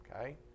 okay